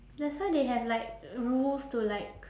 that's why they have like rules to like